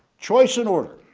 choice and order.